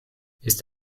ist